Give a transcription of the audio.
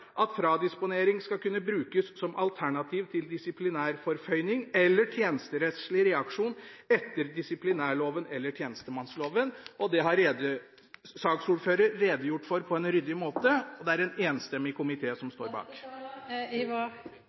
at fradisponering skal kunne brukes som alternativ til disiplinærforføyning eller tjenesterettslig reaksjon etter disiplinærloven eller tjenestemannsloven. Det har saksordføreren redegjort for på en ryddig måte, og det er en enstemmig komité som står bak.